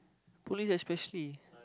police especially